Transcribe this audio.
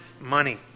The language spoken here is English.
money